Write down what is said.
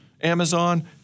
Amazon